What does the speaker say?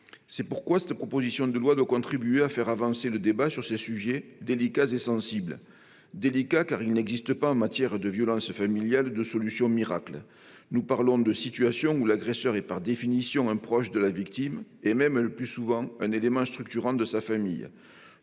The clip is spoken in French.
C'est pourquoi cette proposition de loi doit contribuer à faire avancer le débat sur ces sujets délicats et sensibles. Ils sont délicats, car il n'existe pas de solution miracle. Nous parlons de situations où l'agresseur est, par définition, un proche de la victime, et même le plus souvent un élément structurant de sa famille.